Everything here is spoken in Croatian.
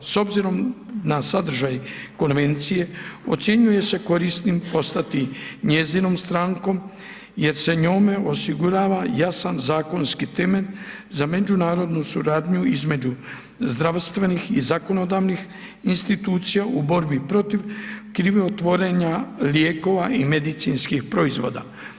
S obzirom na sadržaj konvencije, ocjenjuje se korisnim postati njezinom strankom jer se njome osigurava jasan zakonski temelj za međunarodnu suradnju između zdravstvenih i zakonodavnih institucija u borbi protiv krivotvorenja lijekova i medicinskih proizvoda.